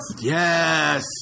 Yes